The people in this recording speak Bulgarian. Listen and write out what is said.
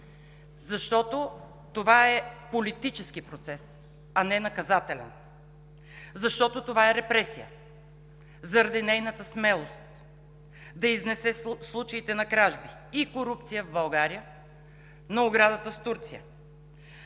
Защото това е политически процес, а не наказателен. Защото това е репресия заради нейната смелост да изнесе случаите на кражби и корупция в България: на оградата с Турция;